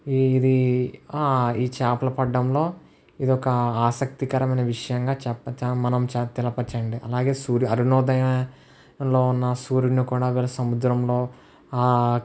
ఇది ఆ ఈ చేపలు పట్టడంలో ఇది ఒక ఆసక్తికరమైన విషయంగా చెపుతాం మనం చే తెల్పచండి అలాగే సూర్య అరుణోదయంలో ఉన్న సూర్యున్ని కూడా వీళ్ళు సముద్రంలో